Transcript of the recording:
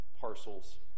parcels